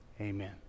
Amen